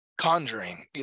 Conjuring